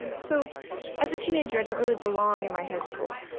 so as a teenager, i didn't really belong in my high school.